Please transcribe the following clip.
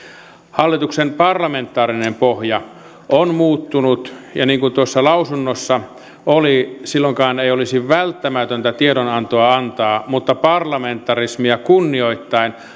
hallituksen parlamentaarinen pohja on muuttunut ja niin kuin tuossa lausunnossa oli silloinkaan ei olisi välttämätöntä tiedonantoa antaa mutta parlamentarismia kunnioittaen